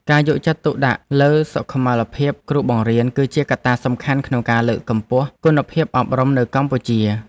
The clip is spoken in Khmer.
ការយកចិត្តទុកដាក់លើសុខុមាលភាពគ្រូបង្រៀនគឺជាកត្តាសំខាន់ក្នុងការលើកកម្ពស់គុណភាពអប់រំនៅកម្ពុជា។